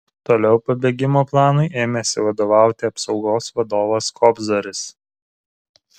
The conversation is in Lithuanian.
toliau pabėgimo planui ėmėsi vadovauti apsaugos vadovas kobzaris